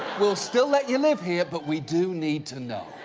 we'll still let you live here, but we do need to know.